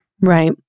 Right